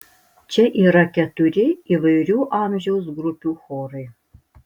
čia yra keturi įvairių amžiaus grupių chorai